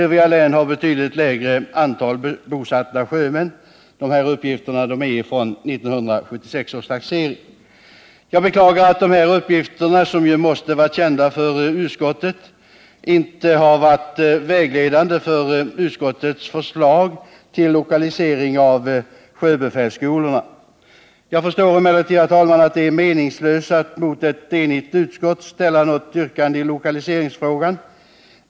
Övriga län har betydligt lägre antal bosatta sjömän. Uppgifterna är från 1976 års taxering. Jag beklagar att dessa uppgifter — som måste vara kända för utskottet — inte har varit vägledande för utskottets förslag till lokalisering av sjöbefälsskolorna. Jag förstår emellertid, herr talman, att det är meningslöst att mot ett enigt utskott ställa något yrkande i lokaliseringsfrågan.